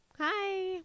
Hi